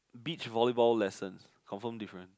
beach volleyball lessons confirm different